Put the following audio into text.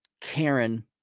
Karen